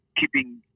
keeping